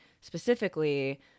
specifically